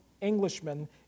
Englishman